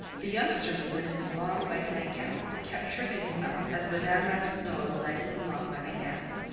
the youngster was in his long white nightgown, that kept tripping him up as madame ratignolle led him along by the hand.